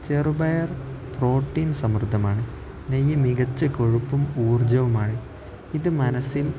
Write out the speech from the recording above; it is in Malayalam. ചെറുപയർ പ്രോട്ടീൻ സമൃദ്ധമാണ് നെയ്യ് മികച്ച കൊഴുപ്പും ഊർജ്ജവുമാണ് ഇത്